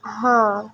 ହଁ